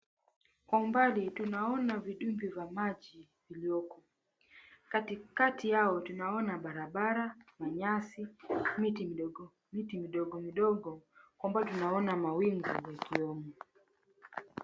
Kwa umbali tunaona vidimbwi vya maji vilioko, katikati yao tunaona barabara, kuna nyasi, miti midogo midogo kwamba tunaona mawingu yaliyomo.